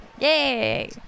Yay